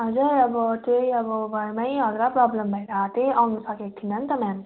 हजुर अब त्यही अब घरमै हल्का प्रोब्लम भएर चाहिँ आउनु सकेको थिइनँ नि त म्याम